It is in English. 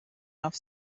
off